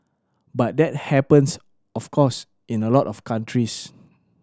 but that happens of course in a lot of countries